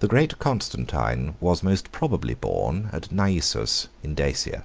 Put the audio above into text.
the great constantine was most probably born at naissus, in dacia